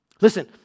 Listen